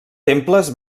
temples